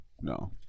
No